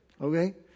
Okay